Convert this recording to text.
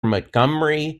montgomery